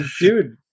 dude